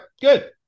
Good